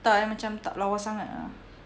entah eh macam tak lawa sangat ah